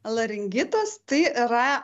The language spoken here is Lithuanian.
laringitas tai yra